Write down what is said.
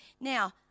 Now